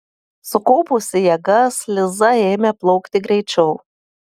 sukaupusi jėgas liza ėmė plaukti greičiau